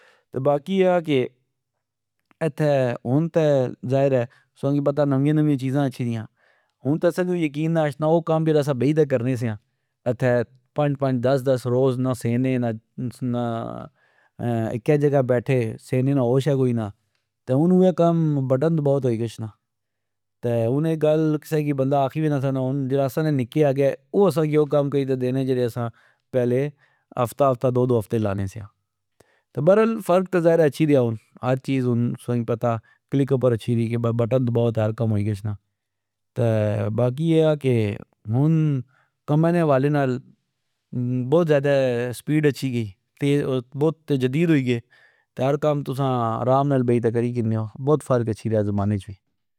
تہ باقی اے آ کہ اتہ ہن تہ ،ذائر اہہ تسا کی پتا نویا نویا چیزا اچھی ریا ،ہن تہ اسا کی وی یقین نہ اچھنا او کم جیڑا اسا بئی تہ کرنے سیا ات، پنج، پنج دس، دس روز نا سینے نا اکہ جگہ بیٹھے ۔سینے نا ہوش کوئی نا ۔ہن اوئے کم بٹن دباوتہ ہوئی گچھنا۔ ہن اے گل کسہ کی بندا آکھی وی نے سکنا ،ہن جیڑا اسا نے نکے اگہ او اسا کی او کم کری تہ دینے جیڑے اسا پہلے ہفتہ ہفتہ دو، دو ہفتے لانے سیا۔ تہ برل فرق تہ ذائر آ اچھی ریا ہن ہر چیز ہن تسا پتا کلک اپر اچھی ری کہ بٹن دباؤ تہ ہر کم ہوئی گچھنا ۔باقی اے آ کہ کمپ نے ہوالے نال بوت ذئدہ سپیڈ اچھی گی ،بوت ذئدہ جدید ہوئی گے ہر کم تسا رام بئی تہ کری کنے او بوت فرق اچھی ریا زمانےاچ وی